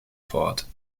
fort